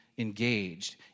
Engaged